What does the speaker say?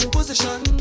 Position